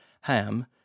Ham